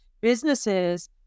businesses